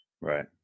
Right